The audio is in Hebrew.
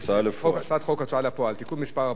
(הרחבת חובות הדיווח על עבירות מין בקטין או בחסר ישע),